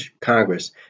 Congress